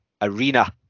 arena